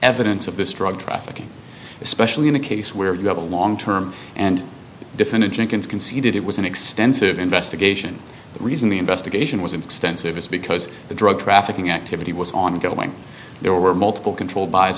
evidence of this drug trafficking especially in a case where you have a long term and different agendas conceded it was an extensive investigation the reason the investigation was extensive is because the drug trafficking activity was ongoing there were multiple controlled buys